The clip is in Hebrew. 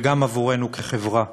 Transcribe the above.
אלא גם עבורנו כחברה.